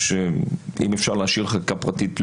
אם אפשר להשאיר חקיקה פרטית,